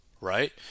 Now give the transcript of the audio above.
right